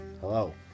Hello